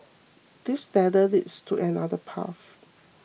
this ladder leads to another path